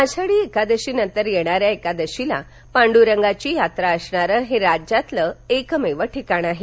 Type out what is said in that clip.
आषाढी किदशीच्या नंतर येणाऱ्या किदशीला पांडरंगाची यात्रा असणारं हे राज्यातलं क्रिमेव ठिकाण आहे